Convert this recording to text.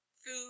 food